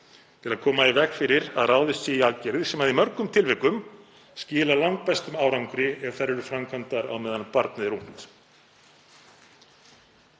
til að koma í veg fyrir að ráðist sé í aðgerðir sem í mörgum tilvikum skila langbestum árangri ef þær eru framkvæmdar á meðan barnið er ungt.